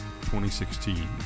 2016